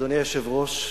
אדוני היושב-ראש,